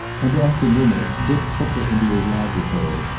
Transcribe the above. and after dinner dick took her into his laboratory,